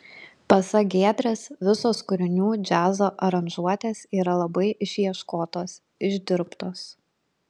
pasak giedrės visos kūrinių džiazo aranžuotės yra labai išieškotos išdirbtos